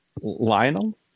Lionel